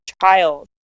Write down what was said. child